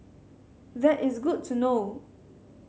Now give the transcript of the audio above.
that is good to know